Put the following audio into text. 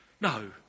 No